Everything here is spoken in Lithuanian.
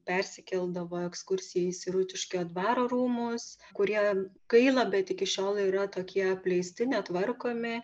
persikeldavo ekskursija į sirutiškio dvaro rūmus kurie gaila bet iki šiol yra tokie apleisti netvarkomi